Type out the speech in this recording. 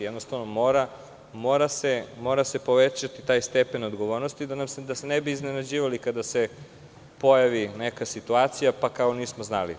Mora se povećati taj stepen odgovornosti da se ne bi iznenađivali kada se pojavi neka situacija, pa kao nismo znali.